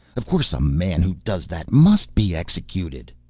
of course a man who does that must be executed.